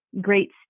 great